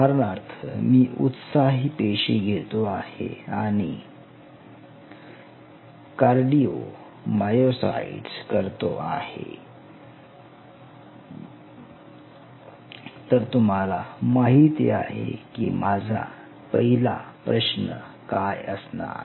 उदाहरणार्थ मी उत्साही पेशी घेतो आहे आणि कार्डिओमायोसाइट्स cardiomyocytes करतो आहे तर तुम्हाला माहिती आहे की माझा पहिला प्रश्न काय असणार